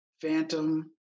Phantom